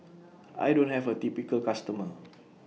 I don't have A typical customer